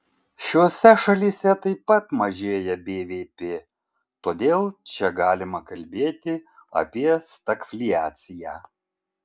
šiose šalyse taip pat mažėja bvp todėl čia galima kalbėti apie stagfliaciją